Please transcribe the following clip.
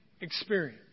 experience